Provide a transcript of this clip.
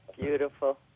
Beautiful